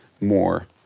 more